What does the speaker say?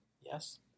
Yes